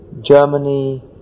Germany